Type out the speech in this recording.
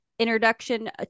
Introduction